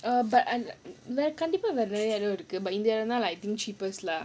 err but I கண்டிப்பா ஒரு:kandippaa oru like I think cheapest lah